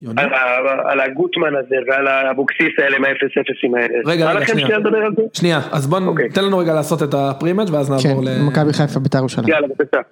על הגוטמן הזה ועל אבוקסיס האלה, מה 0.00. רגע, רגע, שנייה. שנייה, אז בוא נותן לנו רגע לעשות את הפרימץ' ואז נעבור למכבי חיפה ביתר ירושלים. יאללה, בבקשה.